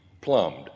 plumbed